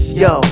yo